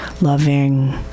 loving